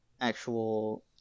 actual